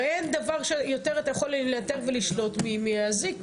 הרי אין דבר שיותר אתה יכול לאתר ולשלוט מאזיק,